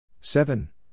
Seven